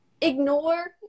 ignore